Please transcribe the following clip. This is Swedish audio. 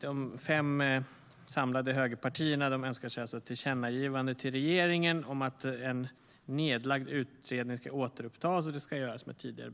De fem samlade högerpartierna önskar sig ett tillkännagivande till regeringen om att en nedlagd utredning ska återupptas och att det ska göras med tidigare